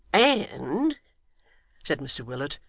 and said mr willet,